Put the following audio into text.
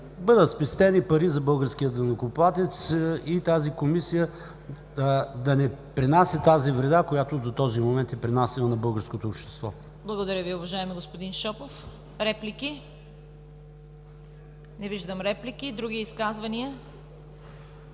бъдат спестени пари на българския данъкоплатец и тази Комисия да не принася тази вреда, която до този момент е пренасяла на българското общество. ПРЕДСЕДАТЕЛ ЦВЕТА КАРАЯНЧЕВА: Благодаря Ви, уважаеми господин Шопов. Реплики? Не виждам реплики. Други изказвания?